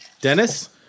Dennis